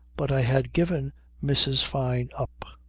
but i had given mrs. fyne up.